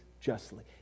justly